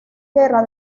guerra